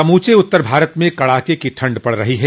समूचे उत्तर भारत में कड़ाके की ठंड पड़ रही है